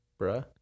bruh